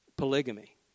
polygamy